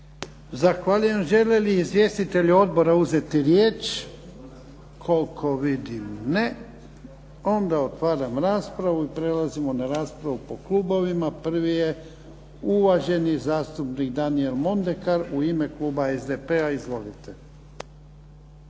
Zahvaljujem. Žele li izvjestitelji odbora uzeti riječ? Koliko vidim ne. Onda otvaram raspravu. I prelazimo na raspravu po klubovima. Prvi je uvaženi zastupnik Daniel Mondekar u ime kluba SDP-a. Izvolite.